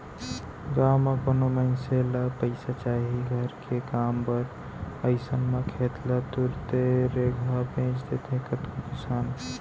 गाँव म कोनो मनसे ल पइसा चाही घर के काम बर अइसन म खेत ल तुरते रेगहा बेंच देथे कतको किसान